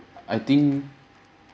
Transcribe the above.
I think